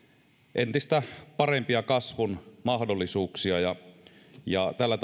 entistä parempia kasvun mahdollisuuksia ja ja tällä